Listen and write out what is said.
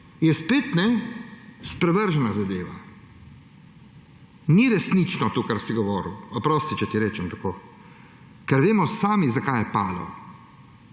je spet sprevržena zadeva. Ni resnično to, kar si govoril, oprosti, če ti rečem tako, ker vemo sami, zakaj je padlo.